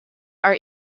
are